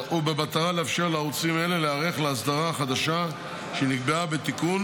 ובמטרה לאפשר לערוצים אלה להיערך להסדרה חדשה שנקבעה בתיקון